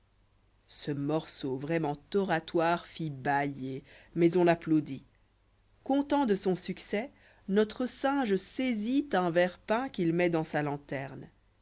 ce morceau vraiment oratoire fit bâiller mais on applaudit content de son succès notre singe saisit un verre peint qu'il met dans sa lanteïnéi